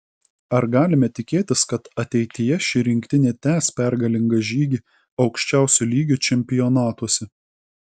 ar galime tikėtis kad ateityje ši rinktinė tęs pergalingą žygį aukščiausio lygio čempionatuose